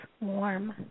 warm